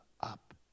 up